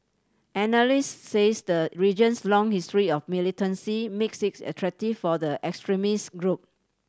analysts says the region's long history of militancy makes it attractive for the extremist group